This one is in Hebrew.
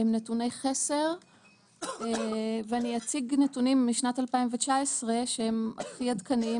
הם נתוני חסר ואני אציג נתונים משנת 2019 שהם הכי עדכניים